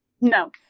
No